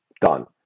done